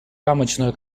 рамочную